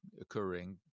occurring